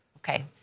Okay